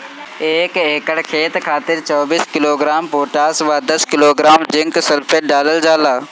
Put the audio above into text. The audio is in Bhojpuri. एक एकड़ खेत खातिर चौबीस किलोग्राम पोटाश व दस किलोग्राम जिंक सल्फेट डालल जाला?